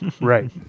Right